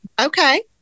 okay